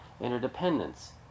Interdependence